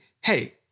hey